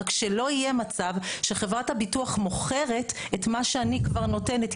רק שלא יהיה מצב שחברת הביטוח מוכרת את מה שאני כבר נותנת.